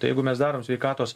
tai jeigu mes darom sveikatos